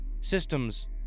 systems